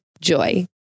Joy